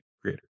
creator